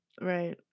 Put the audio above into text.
Right